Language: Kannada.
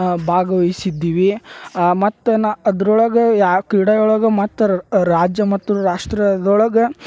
ಭಾಗವಹ್ಸಿದ್ದೀವಿ ಮತ್ತು ನಾ ಅದ್ರೊಳಗೆ ಯಾ ಕ್ರೀಡೆಯೊಳಗೆ ಮತ್ತು ರಾಜ್ಯ ಮತ್ತು ರಾಷ್ಟ್ರದೊಳಗೆ